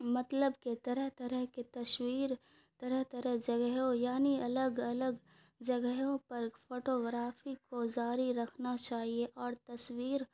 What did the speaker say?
مطلب کہ طرح طرح کے تصویر طرح طرح جگہوں یعنی الگ الگ جگہوں پر فوٹوگرافی کو جاری رکھنا چاہیے اور تصویر